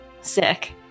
Sick